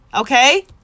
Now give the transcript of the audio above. Okay